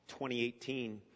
2018